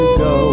go